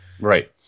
Right